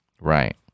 Right